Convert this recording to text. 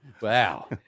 Wow